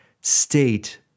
state